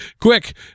Quick